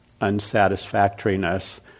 unsatisfactoriness